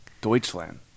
Deutschland